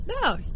No